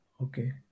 Okay